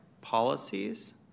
policies